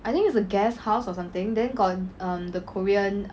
I think is a guesthouse or something then got erm the korean